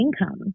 income